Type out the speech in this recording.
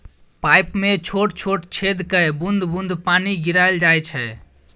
pipe मे छोट छोट छेद कए बुंद बुंद पानि गिराएल जाइ छै